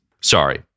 Sorry